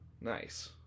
Nice